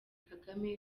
kagame